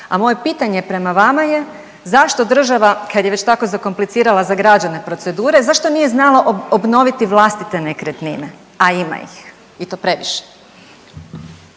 a moje pitanje prema vama je zašto država, kad je već tako zakomplicirala za građane procedure, zašto nije znala obnoviti vlastite nekretnine, a ima ih i to previše?